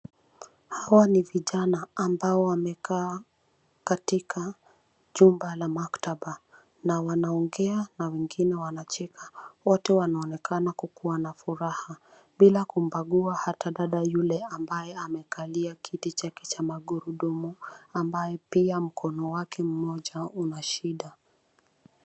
Hawa ni vijana ambao wamekaa katika jumba la maktaba na wanaongea na wengine wanacheka. Wote wanaonekana kuwa na furaha bila kumbagua hata dada yule ambae amekalia kiti chake cha magurudumu, ambaye pia mkono wake mmoja una shida.